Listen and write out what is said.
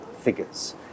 figures